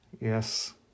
Yes